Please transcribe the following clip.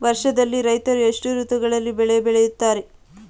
ವರ್ಷದಲ್ಲಿ ರೈತರು ಎಷ್ಟು ಋತುಗಳಲ್ಲಿ ಬೆಳೆ ಬೆಳೆಯುತ್ತಾರೆ?